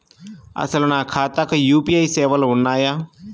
అసలు నా ఖాతాకు యూ.పీ.ఐ సేవలు ఉన్నాయా?